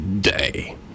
Day